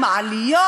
עם מעליות,